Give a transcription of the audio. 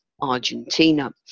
Argentina